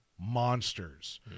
monsters